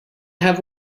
have